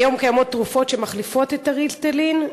היום קיימות תרופות שמחליפות את ה"ריטלין",